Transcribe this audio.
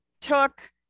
took